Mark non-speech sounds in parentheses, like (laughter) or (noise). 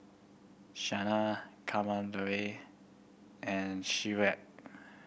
Sanal Kamaladevi and (unintelligible)